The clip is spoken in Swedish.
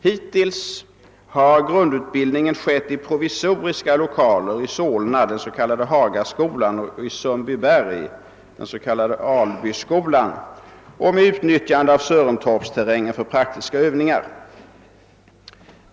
Hittills har grundutbildningen skett i provisoriska lokaler i Solna i den s.k. Hagaskolan och i Sundbyberg i den s.k. Albyskolan, och med utnyttjande av Sörentorpsterrängen för praktiska övningar.